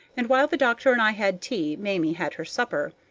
and while the doctor and i had tea, mamie had her supper.